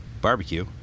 barbecue